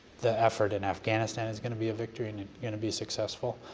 the effort in afghanistan is going to be a victory and going to be successful.